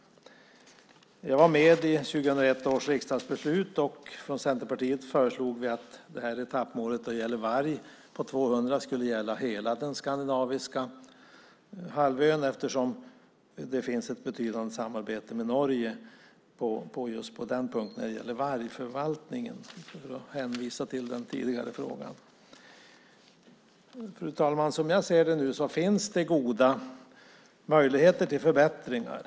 Jag var med vid 2001 år riksdagsbeslut. Från Centerpartiet föreslog vi att etappmålet när det gäller varg på 200 skulle gälla hela den skandinaviska halvön, eftersom det finns ett betydande samarbete med Norge just när det gäller vargförvaltningen, för att hänvisa till den tidigare frågan. Fru talman! Som jag ser det nu finns det goda möjligheter till förbättringar.